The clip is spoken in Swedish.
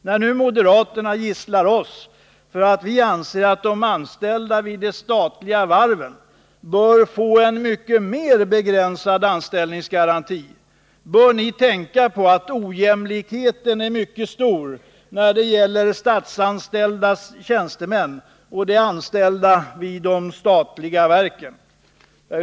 När nu moderaterna gisslar oss för att vi anser att de anställda vid de statliga varven bör få en mycket mer begränsad anställningsgaranti, bör ni tänka på att ojämlikheten är mycket stor när det gäller statsanställda tjänstemän och de anställda vid de statliga varven. Herr talman!